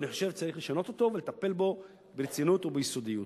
ואני חושב שצריך לשנות אותו ולטפל בו ברצינות וביסודיות.